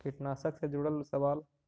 कीटनाशक से जुड़ल सवाल?